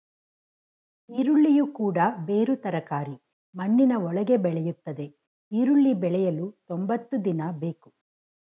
ಈರುಳ್ಳಿಯು ಕೂಡ ಬೇರು ತರಕಾರಿ ಮಣ್ಣಿನ ಒಳಗೆ ಬೆಳೆಯುತ್ತದೆ ಈರುಳ್ಳಿ ಬೆಳೆಯಲು ತೊಂಬತ್ತು ದಿನ ಬೇಕು